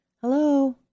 hello